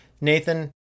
Nathan